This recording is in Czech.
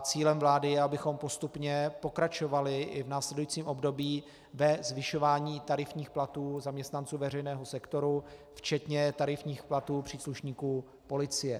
Cílem vlády je, abychom postupně pokračovali i v následujícím období ve zvyšování tarifních platů zaměstnanců veřejného sektoru včetně tarifních platů příslušníků policie.